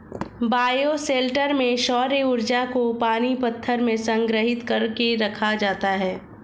bioshelter में सौर्य ऊर्जा को पानी पत्थर में संग्रहित कर के रखा जाता है